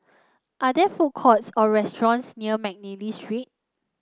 are there food courts or restaurants near McNally Street